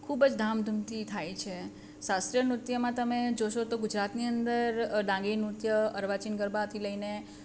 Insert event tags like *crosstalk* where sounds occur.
ખૂબ જ ધામધૂમથી થાય છે શાસ્ત્રિય નૃત્યમાં તમે જોસો તો ગુજરાતની અંદર *unintelligible* નૃત્ય અર્વાચીન ગરબાથી લઈને